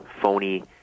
phony